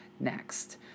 Next